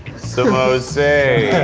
samo-say.